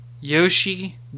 Yoshi